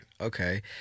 Okay